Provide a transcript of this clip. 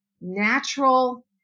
natural